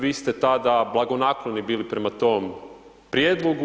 Vi ste tada blagonakloni bili prema tom prijedlogu.